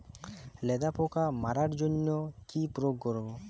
লেদা পোকা মারার জন্য কি প্রয়োগ করব?